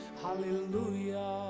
hallelujah